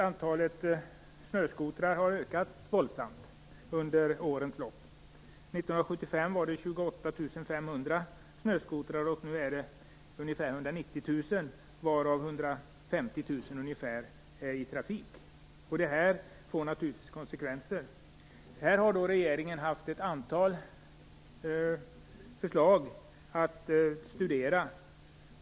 Antalet snöskotrar har ökat våldsamt under årens lopp. År 1975 var det 28 500 snöskotrar och nu är det ungefär 190 000, varav ungefär 150 000 är i trafik. Det här får naturligtvis konsekvenser. Regeringen har haft ett antal förslag att studera.